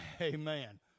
Amen